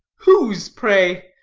whose, pray?